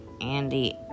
Andy